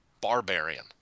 barbarian